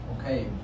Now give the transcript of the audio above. Okay